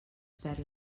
perd